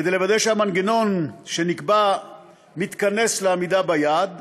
כדי לוודא שהמנגנון שנקבע מתכנס לעמידה ביעד,